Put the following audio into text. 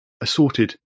assorted